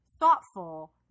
thoughtful